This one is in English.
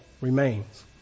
remains